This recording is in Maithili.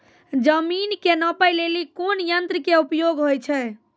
जमीन के नापै लेली कोन यंत्र के उपयोग होय छै?